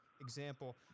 example